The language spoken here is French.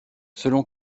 selon